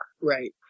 Right